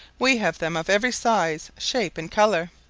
we have them of every size, shape, and colour.